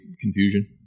confusion